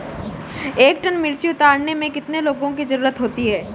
एक टन मिर्ची उतारने में कितने लोगों की ज़रुरत होती है?